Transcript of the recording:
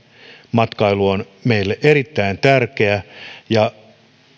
matkailu on meille erittäin tärkeä ja